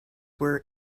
were